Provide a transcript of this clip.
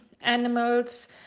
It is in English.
animals